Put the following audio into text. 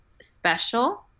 special